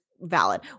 valid